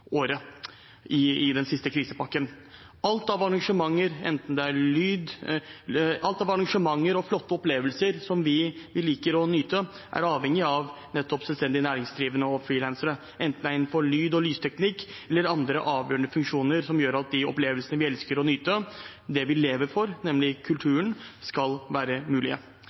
året. Alt av arrangementer og flotte opplevelser som vi liker å nyte, er avhengig av nettopp selvstendig næringsdrivende og frilansere, enten det er innenfor lyd- og lysteknikk eller andre avgjørende funksjoner som gjør at de opplevelsene vi elsker å nyte, det vi lever for, nemlig kulturen, skal være